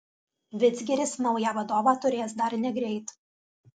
vidzgiris naują vadovą turės dar negreit